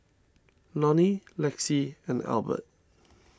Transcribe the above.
Lonny Lexie and Elbert